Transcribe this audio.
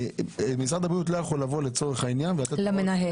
משרד הבריאות לא יכול לבוא לצורך העניין --- למנהל.